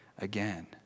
again